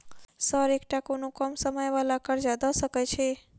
Sir एकटा कोनो कम समय वला कर्जा दऽ सकै छी?